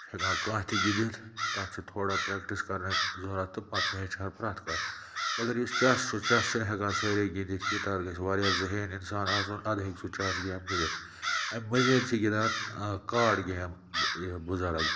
سُہ چھُ ہٮ۪کان کانٛہہ تہِ گِنٛدِتھ تَتھ چھِ تھوڑا پرٛٮ۪کٹِس کَرٕنۍ اَسہِ ضوٚرَتھ تہٕ پَتہٕ چھِ ہیٚچھان پرٛٮ۪تھ کانٛہہ مگر یُس چَس چھُ چَس چھِنہٕ ہٮ۪کان سٲری گِنٛدِتھ کِہیٖنۍ تَتھ گژھِ واریاہ ذٔہیٖن اِنسان آسُن اَدٕ ہیٚکہِ سُہ چَس گیم گِندِتھ اَمہِ مٔزیٖد چھِ گِندان کاڑ گیمہٕ یہِ بُزَرٕگ